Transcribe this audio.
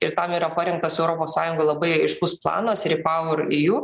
ir tam yra parengtas europos sąjungoj labai aiškus planas repouer iju